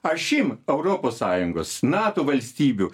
ašim europos sąjungos nato valstybių